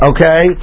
Okay